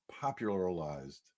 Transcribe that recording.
popularized